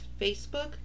Facebook